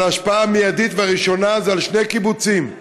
אבל ההשפעה המיידית והראשונה היא על שני קיבוצים,